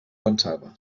pensava